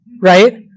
right